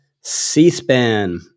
C-SPAN